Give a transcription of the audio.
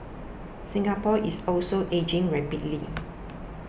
Singapore is also ageing rapidly